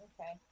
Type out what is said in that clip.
Okay